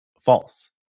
false